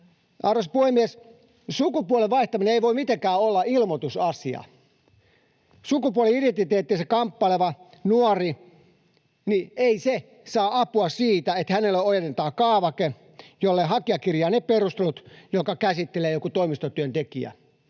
Arvoisa puhemies! Sukupuolen vaihtaminen ei voi mitenkään olla ilmoitusasia. Sukupuoli-identiteetissään kamppaileva nuori ei saa apua siitä, että hänelle ojennetaan kaavake, jolle hakija kirjaa perustelut, jotka käsittelee joku toimistotyöntekijä,